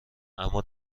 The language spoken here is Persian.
اما